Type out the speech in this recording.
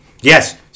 Yes